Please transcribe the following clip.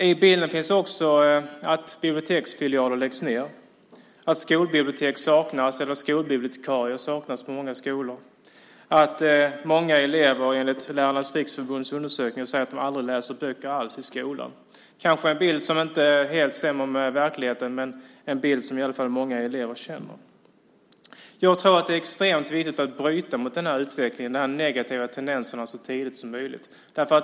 I bilden finns också att biblioteksfilialer läggs ned, att skolbibliotek eller skolbibliotekarier saknas på många skolor och att många elever enligt Lärarnas Riksförbunds undersökning säger att de aldrig läser böcker alls i skolan. Kanske är det en bild som inte helt stämmer med verkligheten, men det är i alla fall många elever som känner så. Jag tror att det är extremt viktigt att bryta den utvecklingen och de negativa tendenserna så tidigt som möjligt.